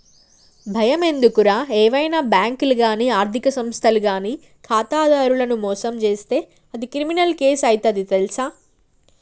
బయమెందుకురా ఏవైనా బాంకులు గానీ ఆర్థిక సంస్థలు గానీ ఖాతాదారులను మోసం జేస్తే అది క్రిమినల్ కేసు అయితది తెల్సా